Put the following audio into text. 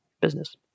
business